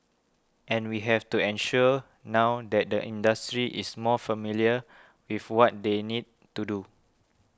and we have to ensure now that the industry is more familiar with what they need to do